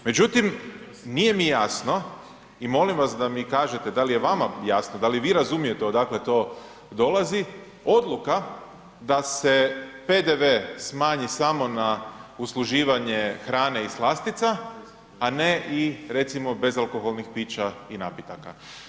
Međutim, nije mi jasno i molim vas da mi kažete da li je vama jasno, da li vi razumijete odakle to dolazi, odluka da se PDV smanji samo na usluživanje hrane i slastica, a ne i recimo bezalkoholnih pića i napitaka?